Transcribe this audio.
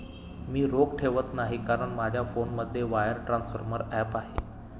मी रोख ठेवत नाही कारण माझ्या फोनमध्ये वायर ट्रान्सफर ॲप आहे